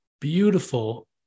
beautiful